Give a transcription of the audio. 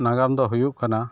ᱱᱟᱜᱟᱢᱫᱚ ᱦᱩᱭᱩᱜ ᱠᱟᱱᱟ